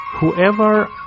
Whoever